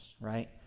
right